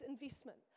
investment